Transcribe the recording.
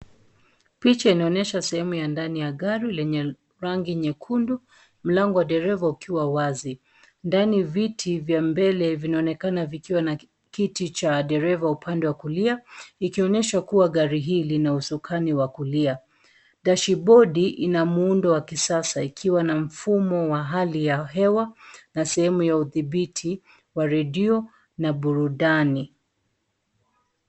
Picha inaonesha sehemu ya ndani ya gari lenye rangi nyekundu. Mlango wa dereva ukiwa wazi. Ndani viti vya mbele vinaonekana vikiwa na ki, kiti cha dereva upande wa kulia, ikionyesha kuwa gari hii lina usukani wa kulia. dash board ina muundo wa kisasa ikiwa na mfumo wa hali ya hewa, na sehemu ya udhibiti wa redio na burudani.